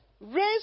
Raise